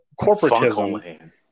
corporatism